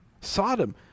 Sodom